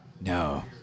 No